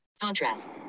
Contrast